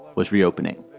was reopening.